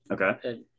Okay